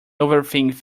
overthink